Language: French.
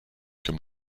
comme